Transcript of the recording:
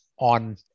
on